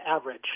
average